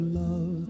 love